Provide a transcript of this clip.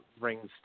rings